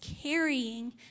carrying